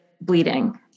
bleeding